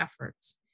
efforts